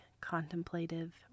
contemplative